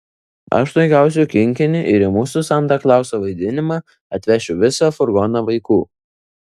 aš tuoj gausiu kinkinį ir į mūsų santa klauso vaidinimą atvešiu visą furgoną vaikų